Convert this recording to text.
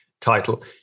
title